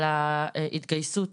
על ההתגייסות